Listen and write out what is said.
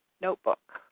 notebook